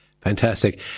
Fantastic